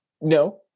no